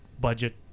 budget